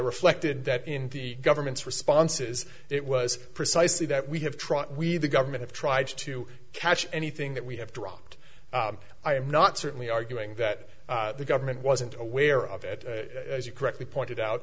reflected that in the government's responses it was precisely that we have tried we the government have tried to catch anything that we have dropped i am not certainly arguing that the government wasn't aware of it as you correctly pointed out